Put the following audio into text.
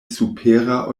supera